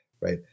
right